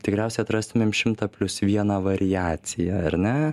tikriausiai atrastumėm šimtą plius vieną variaciją ar ne